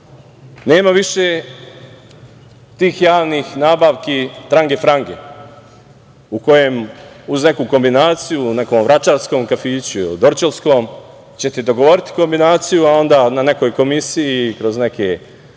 Nema više tih javnih nabavki trange-frange u kojem uz neku kombinaciju u vračarskom kafiću ili dorćolskom ćete dogovoriti kombinaciju, a onda na nekoj komisiji, kroz neke koje